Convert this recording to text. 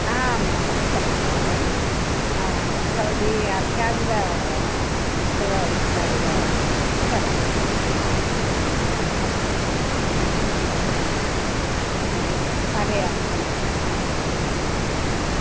आम् आं सम्यक् एव भवती अध्यापिका उत्कल अध्यापिका किल अहं हा पाठयामि किल हा हा